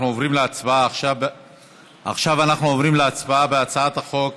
אנחנו עוברים להצבעה על הצעת חוק